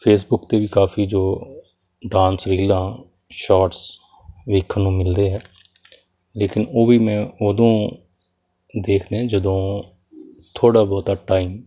Facebook 'ਤੇ ਵੀ ਕਾਫੀ ਜੋ ਡਾਂਸ ਰੀਲਾਂ ਸ਼ਾਰਟਸ ਵੇਖਣ ਨੂੰ ਮਿਲਦੇ ਹੈ ਲੇਕਿਨ ਉਹ ਵੀ ਮੈਂ ਉਦੋਂ ਦੇਖਦਾ ਹਾਂ ਜਦੋਂ ਥੋੜ੍ਹਾ ਬਹੁਤਾ ਟਾਈਮ